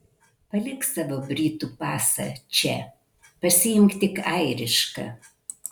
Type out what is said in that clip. palik savo britų pasą čia pasiimk tik airišką